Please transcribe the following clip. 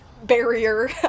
barrier